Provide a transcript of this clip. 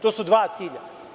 To su dva cilja.